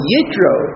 Yitro